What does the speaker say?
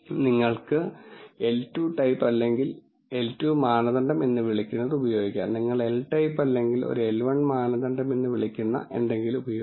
നിങ്ങൾക്ക് L2 type അല്ലെങ്കിൽ L2 മാനദണ്ഡം എന്ന് വിളിക്കുന്നത് ഉപയോഗിക്കാം നിങ്ങൾക്ക് L ടൈപ്പ് അല്ലെങ്കിൽ ഒരു L1 മാനദണ്ഡം എന്ന് വിളിക്കുന്ന എന്തെങ്കിലും ഉപയോഗിക്കാം